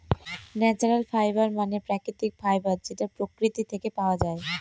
natural fibre মানে প্রাকৃতিক fibre যেটা প্রকৃতি থেকে পাওয়া যায়